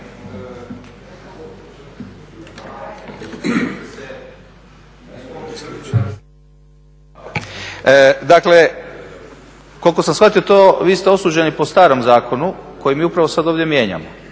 Dakle, koliko sam shvatio to, vi ste osuđeni po starom zakonu koji mi upravo sad ovdje mijenjamo.